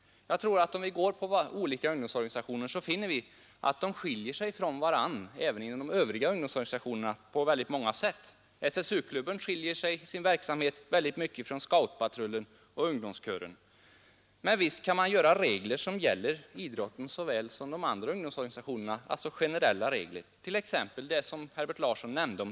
Om vi tittar på olika ungdomsorganisationers verksamhet, så skall vi finna att även de övriga ungdomsorganisationerna skiljer sig från varandra på många sätt. SSU-klubbens verksamhet skiljer sig mycket från scoutpatrullens och ungdomskörens. Men visst kan man göra generella regler som gäller såväl för idrottsorganisationerna som för de andra ungdomsorganisationerna, t.ex. när det gäller tävlingsidrott, som Herbert Larsson nämnde.